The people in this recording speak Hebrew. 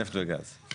נפט וגז, בגדול.